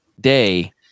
day